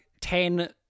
ten